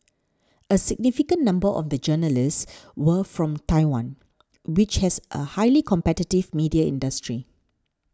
a significant number of the journalists were from Taiwan which has a highly competitive media industry